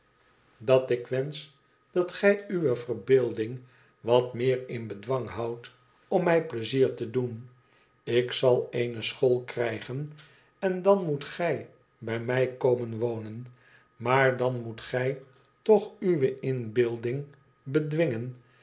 dat ik wensch dat gij uwe verbeelding wat meer in bedwang houdt om mij pleizier te doen ik zal eene school krijgen en dan moet gij bij mij komen wonen maar dan moet gij toch uwe inbeeldingen bedwingen